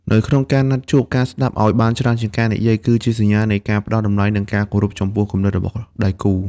នៅក្នុងការណាត់ជួប ការស្ដាប់ឱ្យច្រើនជាងការនិយាយ គឺជាសញ្ញានៃការផ្ដល់តម្លៃ និងការគោរពចំពោះគំនិតរបស់ដៃគូ។